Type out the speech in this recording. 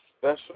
Special